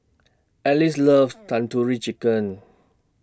Alize loves Tandoori Chicken